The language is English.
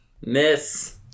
Miss